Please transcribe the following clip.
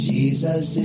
Jesus